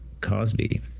Cosby